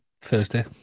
Thursday